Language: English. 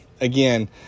Again